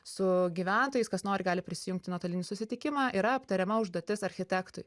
su gyventojais kas nori gali prisijungt į nuotolinį susitikimą yra aptariama užduotis architektui